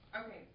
Okay